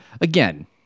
Again